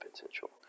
potential